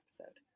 episode